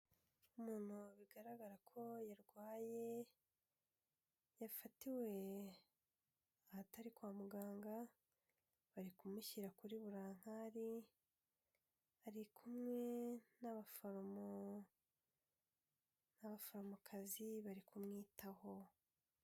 Umuntu bigaragara ko yarwaye, yafatiwe ahatari kwa muganga, bari kumushyira kuri burinkari, ari kumwe n'abaforomo n'abaforomokazi bari kumwitaho.